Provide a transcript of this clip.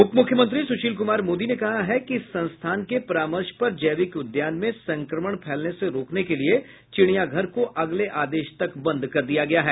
उप मुख्यमंत्री सुशील कुमार मोदी ने कहा कि संस्थान के परामर्श पर जैविक उद्यान में संक्रमण फैलने से रोकने के लिए चिड़िया घर को अगले आदेश तक बंद कर दिया गया है